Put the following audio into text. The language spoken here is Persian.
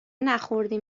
نخوردیم